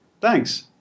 Thanks